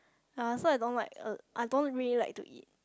ye so I don't like I don't really like to eat